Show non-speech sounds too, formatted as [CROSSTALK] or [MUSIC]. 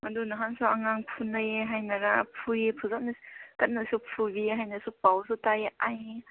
ꯑꯗꯨ ꯅꯍꯥꯟꯁꯨ ꯑꯉꯥꯡ ꯐꯨꯅꯩ ꯍꯥꯏꯅꯔ ꯐꯨꯏ [UNINTELLIGIBLE] ꯀꯟꯅꯁꯨ ꯐꯨꯕꯤꯌꯦ ꯍꯥꯏꯅꯁꯨ ꯄꯥꯎꯁꯨ ꯇꯥꯏꯌꯦ ꯑꯩ